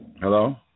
Hello